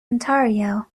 ontario